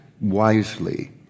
wisely